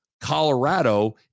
Colorado